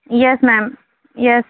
yes ma'am yes ma'am